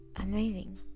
Amazing